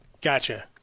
Gotcha